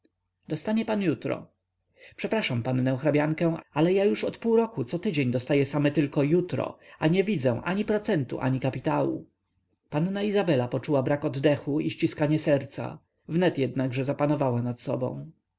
dostanie pan jutro przepraszam pannę hrabiankę ale ja już od pół roku co tydzień dostaję same tylko jutro a nie widzę ani procentu ani kapitału panna izabela poczuła brak oddechu i ściskanie serca wnet jednakże zapanowała nad sobą